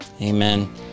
Amen